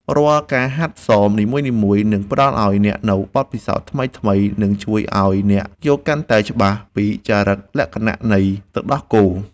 រាល់ការហាត់សមនីមួយៗនឹងផ្តល់ឱ្យអ្នកនូវបទពិសោធន៍ថ្មីៗ និងជួយឱ្យអ្នកយល់កាន់តែច្បាស់ពីចរិតលក្ខណៈនៃទឹកដោះគោ។